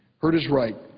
herta is right.